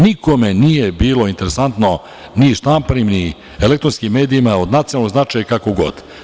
Nikome nije bilo interesantno, ni štampanim, ni elektronskim medijima, od nacionalnog značaja i kako god.